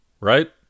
Right